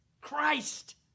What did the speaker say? Christ